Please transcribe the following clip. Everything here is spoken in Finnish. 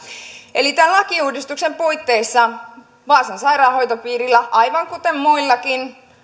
eli tämän lakiuudistuksen puitteissa vaasan sairaanhoitopiirillä aivan kuten muillakin